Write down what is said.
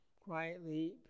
quietly